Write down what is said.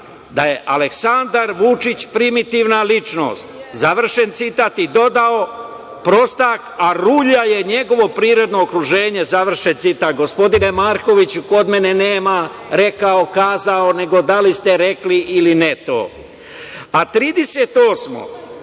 „Da je Aleksandar Vučić primitivna ličnost“, završen citat, i dodao: „Prostak, a rulja je njegovo prirodno okruženje“, završen citat. Gospodine Markoviću, kod mene nema rekao – kazao, nego da li ste rekli ili ne to? A,